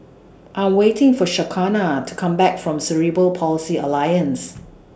I Am waiting For Shaquana to Come Back from Cerebral Palsy Alliance